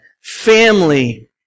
family